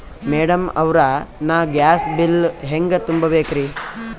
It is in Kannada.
ಮೆಡಂ ಅವ್ರ, ನಾ ಗ್ಯಾಸ್ ಬಿಲ್ ಹೆಂಗ ತುಂಬಾ ಬೇಕ್ರಿ?